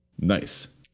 nice